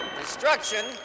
destruction